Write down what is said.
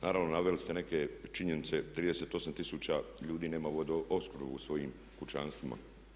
Naravno naveli ste neke činjenice, 38 tisuća ljudi nema vodoopskrbu u svojim kućanstvima.